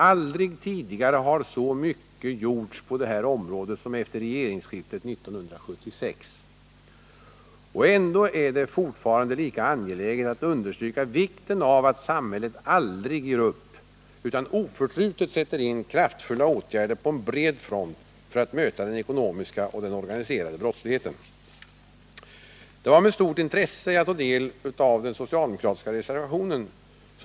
Aldrig tidigare har så mycket gjorts på det här området som efter regeringsskiftet 1976. Och ändå är det ; fortfarande lika angeläget att understryka vikten av att samhället aldrig ger upp utan oförtrutet sätter in kraftfulla åtgärder på en bred front för att möta Det var med stort intresse jag tog del av den socialdemokratiska reservationen.